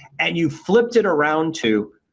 and you flipped it around to,